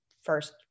first